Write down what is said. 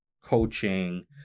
coaching